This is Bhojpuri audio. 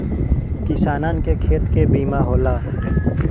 किसानन के खेत के बीमा होला